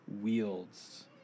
wields